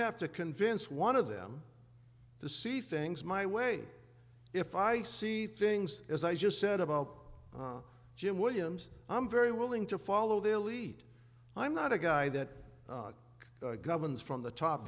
have to convince one of them to see things my way if i see things as i just said about jim williams i'm very willing to follow their lead i'm not a guy that governs from the top